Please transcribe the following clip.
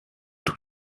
tout